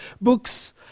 books